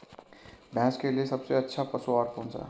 भैंस के लिए सबसे अच्छा पशु आहार कौनसा है?